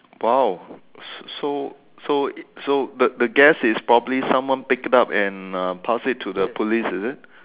!wow! so so so the the guess is probably someone picked it up and uh passed it to the police is it